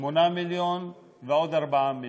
ועוד 8 מיליון ועוד 4 מיליון.